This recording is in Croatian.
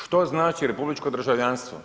Što znači republičko državljanstvo?